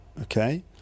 Okay